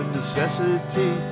necessity